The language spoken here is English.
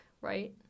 right